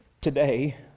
today